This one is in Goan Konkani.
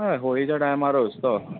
हय होळिच्या टायमारूच तो